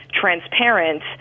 transparent